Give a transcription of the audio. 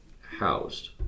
housed